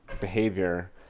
behavior